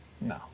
No